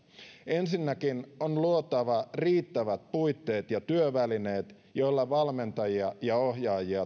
ensinnäkin on luotava riittävät puitteet ja työvälineet joilla valmentajia ja ohjaajia tuetaan